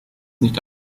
nicht